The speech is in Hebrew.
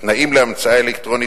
תנאים להמצאה אלקטרונית,